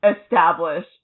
establish